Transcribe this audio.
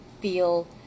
feel